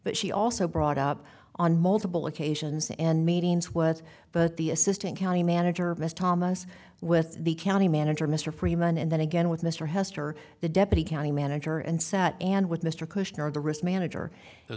but she also brought up on multiple occasions and meetings what but the assistant county manager mr thomas with the county manager mr freeman and then again with mr hester the deputy county manager and set and with mr kushner the risk manager as